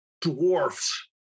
dwarfs